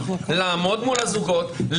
לעמוד מול הזוגות,